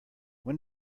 when